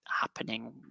happening